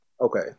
Okay